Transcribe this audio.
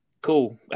cool